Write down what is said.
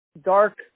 dark